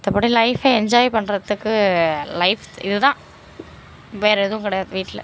மற்றபடி லைஃபை என்ஜாய் பண்ணுறதுக்கு லைஃப் இது தான் வேறு எதுவும் கிடையாது வீட்டில்